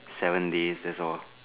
seven days that's all